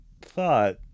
thought